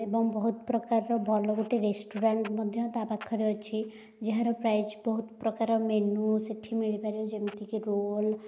ଏବଂ ବହୁତ ପ୍ରକାରର ଭଲ ଗୋଟିଏ ରେସ୍ତୋରାଁ ମଧ୍ୟ ତା ପାଖରେ ଅଛି ଯାହାର ପ୍ରାଇଜ୍ ବହୁତ ପ୍ରକାରର ମେନୁ ସେଇଠି ମିଳିପାରିବ ଯେମିତିକି ରୋଲ୍